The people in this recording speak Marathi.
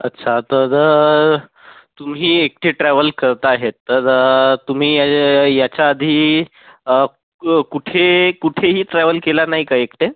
अच्छा तर तुम्ही एकटे ट्रॅव्हल करता आहे तर तुमी ह्याच्या आधी कुठे कुठेही ट्रॅव्हल केलं नाही का एकट्या